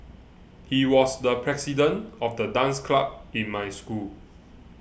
he was the president of the dance club in my school